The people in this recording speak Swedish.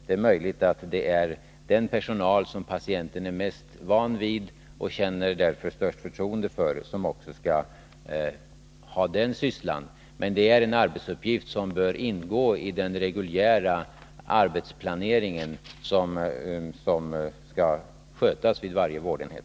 Det är möjligt att det är den personal som patienten är mest van vid och därför känner störst förtroende för som också skall ha denna syssla, men det är en arbetsuppgift som bör ingå i den allmänna arbetsplaneringen vid varje vårdenhet.